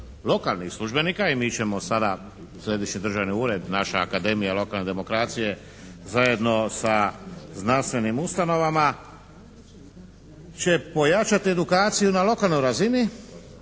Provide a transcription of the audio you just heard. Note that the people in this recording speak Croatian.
lokalnih službenika i mi ćemo sada Središnji državni ured, naša Akademija lokalne demokracije zajedno sa znanstvenim ustanovama će pojačati edukaciju na lokalnoj razini